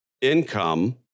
income